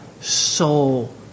soul